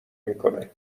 میکنه